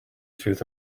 through